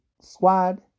squad